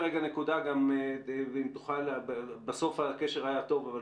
קודם כל, עוד לא הסתיים זמן הגשת הבקשות שהוא עד